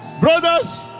brothers